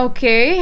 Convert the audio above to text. Okay